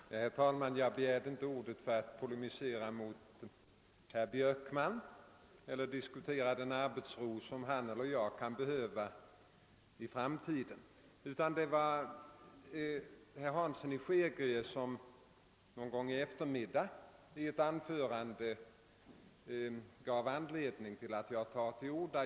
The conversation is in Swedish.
Herr talman! Jag begärde inte ordet för att polemisera mot herr Björkman eller diskutera den arbetsro som han eller jag kan behöva i framtiden. Det var herr Hansson i Skegrie som någon gång i eftermiddags i ett anförande gav mig anledning att ta till orda.